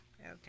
Okay